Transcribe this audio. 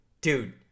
dude